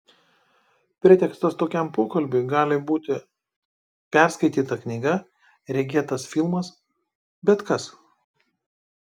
pretekstas tokiam pokalbiui gali būti perskaityta knyga regėtas filmas bet kas